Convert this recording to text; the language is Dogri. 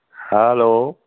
हैल्लो